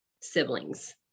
siblings